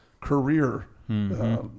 career